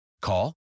Call